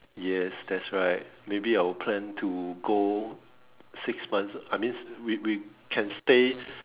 yes that's right maybe I will plan to go six months I mean we we can stay